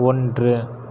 ஒன்று